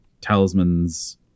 talismans